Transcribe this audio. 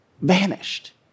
vanished